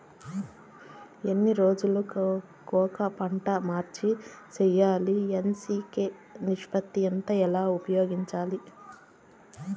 ఎన్ని రోజులు కొక పంట మార్చి సేయాలి ఎన్.పి.కె నిష్పత్తి ఎంత ఎలా ఉపయోగించాలి?